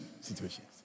situations